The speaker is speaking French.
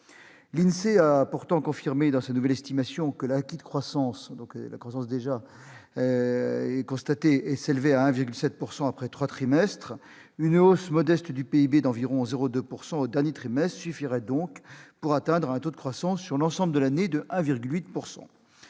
L'INSEE a pourtant confirmé, dans sa nouvelle estimation, que l'acquis de croissance s'élevait à 1,7 % après trois trimestres. Une hausse modeste du PIB d'environ 0,2 % au dernier trimestre suffirait donc pour atteindre un taux de croissance de 1,8 % sur l'ensemble de l'année.